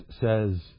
says